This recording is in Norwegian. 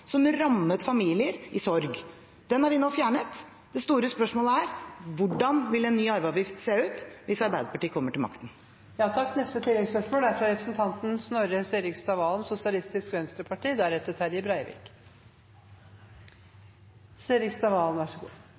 som rammet familier i sorg. Den har vi nå fjernet, og det store spørsmålet er: Hvordan vil en ny arveavgift se ut hvis Arbeiderpartiet kommer til makten? Snorre Serigstad Valen – til oppfølgingsspørsmål. 21 mrd. kr – det er